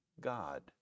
God